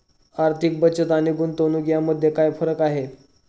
आर्थिक बचत आणि गुंतवणूक यामध्ये काय फरक आहे?